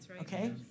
okay